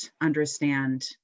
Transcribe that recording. understand